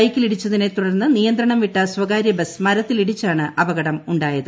ബൈക്കിലിടിച്ചിതിനെ തുടർന്ന് നിയന്ത്രണംവിട്ട സ്വകാര്യബസ് മരത്തിലിടിച്ചാണ് അപകടം ഉണ്ടായത്